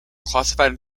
classified